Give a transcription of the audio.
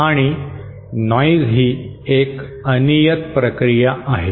आणि नॉइज ही एक अनियत प्रक्रिया आहे